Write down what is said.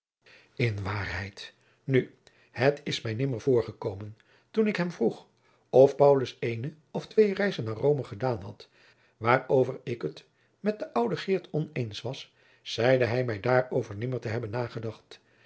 in waarheid nu het is mij nimmer voorgekomen toen ik hem vroeg of paulus eene of twee reizen naar rome gedaan had waarover ik het met de oude geert oneens was zeide hij mij daarover nimmer te hebben nagedacht